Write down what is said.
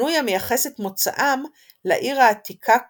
כינוי המייחס את מוצאם לעיר העתיקה כותא,